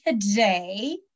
today